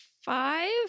five